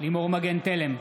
לימור מגן תלם,